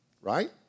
right